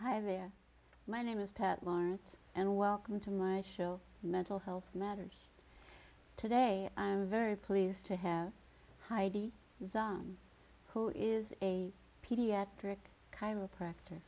hi there my name is pat lawrence and welcome to my show mental health matters today i'm very pleased to have heidi who is a pediatric chiropractor